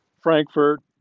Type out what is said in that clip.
Frankfurt